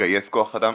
לגייס כוח אדם.